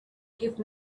give